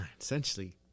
essentially